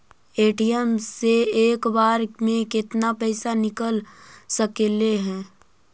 ATM से एक बार मे केतना पैसा निकल सकले हे?